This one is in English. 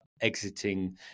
exiting